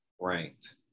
ranked